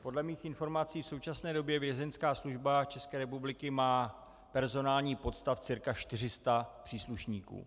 Podle mých informací v současné době Vězeňská služba České republiky má personální podstav cca 400 příslušníků.